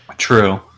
True